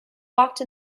walked